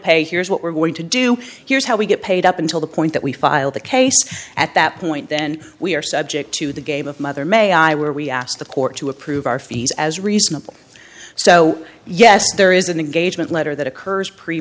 pay here's what we're going to do here's how we get paid up until the point that we file the case at that point then we are subject to the game of mother may i were we asked the court to approve our fees as reasonable so yes there is an engagement letter that occurs pre